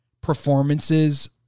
performances